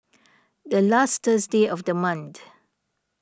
the last Thursday of the month